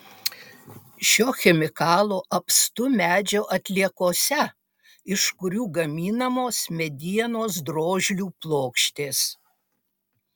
šio chemikalo apstu medžio atliekose iš kurių gaminamos medienos drožlių plokštės